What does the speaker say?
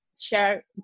share